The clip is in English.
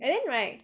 and then right